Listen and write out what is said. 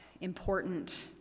important